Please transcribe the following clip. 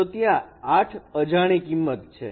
તો ત્યાં 8 અજાણી કિંમત છે